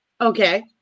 Okay